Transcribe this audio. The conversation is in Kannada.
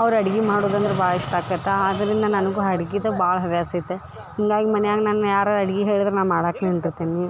ಅವ್ರು ಅಡಿಗೆ ಮಾಡುದಂದ್ರ ಭಾಳ ಇಷ್ಟ ಆಕ್ತಿತ್ತ ಅದರಿಂದ ನನಗೂ ಅಡ್ಗಿದ ಭಾಳ ಹವ್ಯಾಸಿತ್ತ ಹೀಗಾಗಿ ಮನ್ಯಾಗ ನನ್ನ ಯಾರರ ಅಡ್ಗಿ ಹೇಳಿದ್ರ ನಾ ಮಾಡಾಕ್ತೀನಿ